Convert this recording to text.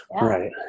right